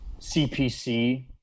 CPC